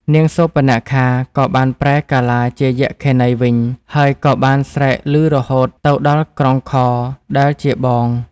នាងសូរបនខា ក៏បានប្រែកាឡាជាយក្ខិនីវិញ ហើយក៏បាន ស្រែកឮរហូតទៅដល់ក្រុងខរ ដែលជាបង។